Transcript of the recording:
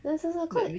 那是是 cau~